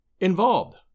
involved